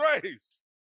grace